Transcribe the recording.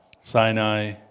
Sinai